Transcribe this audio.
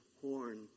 horn